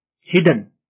hidden